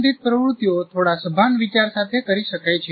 સંબંધિત પ્રવૃત્તિઓ થોડા સભાન વિચાર સાથે કરી શકાય છે